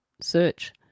Search